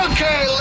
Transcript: Okay